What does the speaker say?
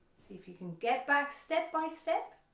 see if you can get back step by step